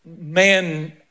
man